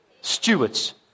Stewards